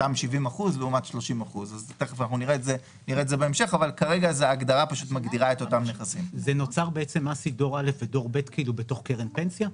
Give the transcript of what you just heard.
אותם 70% לעומת 30%. נוצר מס לדור א' ולדור ב' בתוך קרן פנסיה?